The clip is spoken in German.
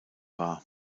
war